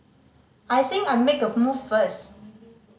I think I'll make a move first